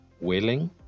willing